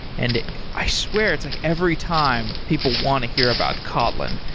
and i swear, it's like every time people want to hear about kotlin.